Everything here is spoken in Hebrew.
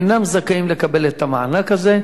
אינם זכאים לקבל את המענק הזה.